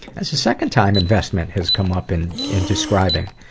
that's the second time investment has come up in in describing.